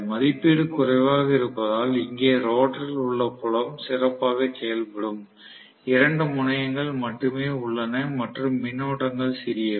மதிப்பீடு குறைவாக இருப்பதால் இங்கே ரோட்டரில் உள்ள புலம் சிறப்பாக செயல்படும் 2 முனையங்கள் மட்டுமே உள்ளன மற்றும் மின்னோட்டங்கள் சிறியவை